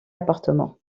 appartement